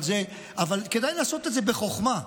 אבל כדאי לעשות את זה בחוכמה.